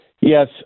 yes